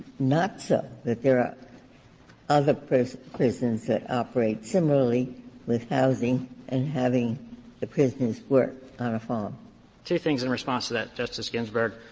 not so, that there are other prisons that operate similarly with housing and having the prisoners work on a farm. curran two things in response to that, justice ginsburg.